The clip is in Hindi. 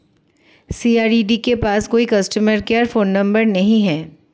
सी.आर.ई.डी के पास कोई कस्टमर केयर फोन नंबर नहीं है